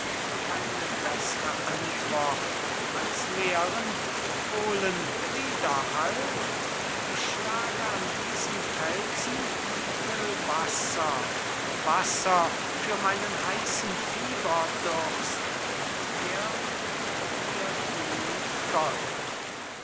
keine beßre antwort als leeren hohlen widerhall ich schlage an diesen felsen und will wasser wasser für meinen heißen fieberdurst er gibt mir glühend gold